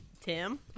Tim